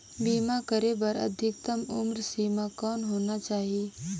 बीमा करे बर अधिकतम उम्र सीमा कौन होना चाही?